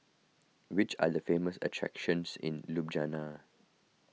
which are the famous attractions in Ljubljana